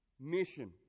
mission